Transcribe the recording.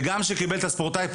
גם לאחר שקיבל מעמד זה,